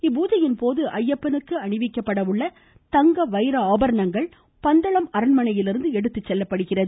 இப்பூஜையின்போது ஐயப்பனுக்கு அணிவிக்கப்பட உள்ள தங்க வைர ஆபரணங்கள் பந்தளம் அரண்மனையிலிருந்து எடுத்துச்செல்லப்படுகிறது